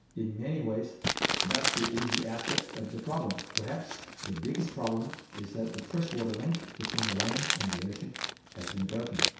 in many ways that's the easy aspect of the problem. perhaps the biggest problem is that the freshwater link between the land and the ocean has been broken.